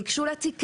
ניגשו לתיק כתיירים.